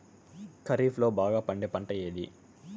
ఖరీఫ్ లో బాగా పండే పంట ఏది?